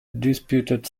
disputed